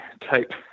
type